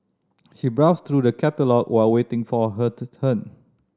she browsed through the catalogue while waiting for her turn